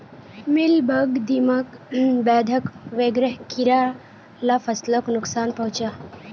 mealybug, दीमक, बेधक वगैरह कीड़ा ला फस्लोक नुक्सान पहुंचाः